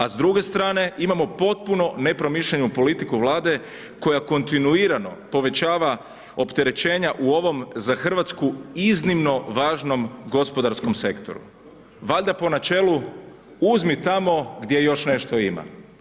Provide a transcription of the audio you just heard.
A s druge strane, imamo potpuno nepromišljenu politiku Vlade koja kontinuirano povećava opterećenja u ovom za Hrvatsku iznimno važnom gospodarskom sektoru, valjda po načelu „uzmi tamo gdje još nešto ima“